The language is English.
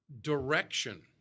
direction